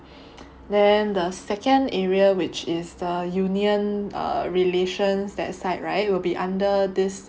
then the second area which is the union err relations that side right will be under this